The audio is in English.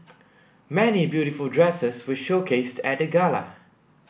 many beautiful dresses were showcased at the gala